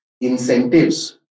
incentives